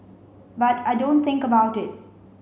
but I don't think about it